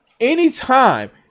Anytime